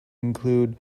include